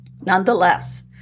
Nonetheless